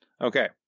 Okay